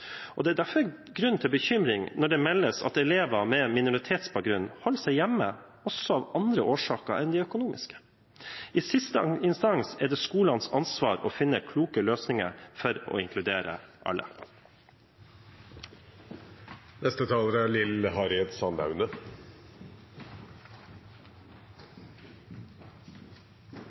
Det er derfor grunn til bekymring når det meldes at elever med minoritetsbakgrunn holder seg hjemme også av andre årsaker enn økonomiske. I siste instans er det skolens ansvar å finne kloke løsninger for å inkludere alle. Det er